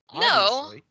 No